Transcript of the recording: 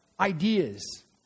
ideas